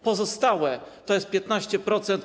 Pozostałe to jest 15%.